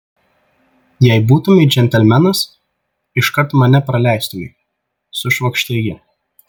jei būtumei džentelmenas iškart mane praleistumei sušvokštė ji